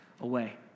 away